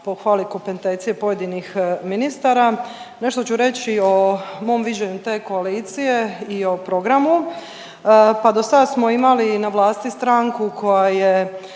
Hvala vam